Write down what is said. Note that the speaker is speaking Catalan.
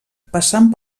passant